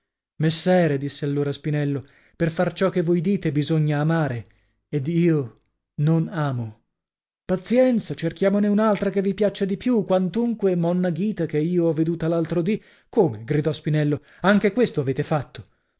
sposereste messere disse allora spinello per far ciò che voi dite bisogna amare ed io non amo pazienza cerchiamone un'altra che vi piaccia di più quantunque monna ghita che io ho veduta l'altro dì come gridò spinello anche questo avete fatto